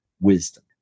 wisdom